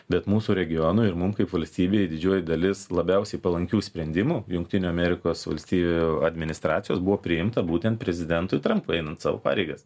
bet mūsų regionui ir mum kaip valstybei didžioji dalis labiausiai palankių sprendimų jungtinių amerikos valstijų administracijos buvo priimta būtent prezidentui trampui einant savo pareigas